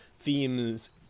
themes